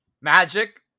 magic